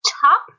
top